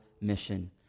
mission